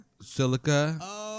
silica